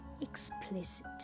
explicit